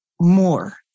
more